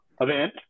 event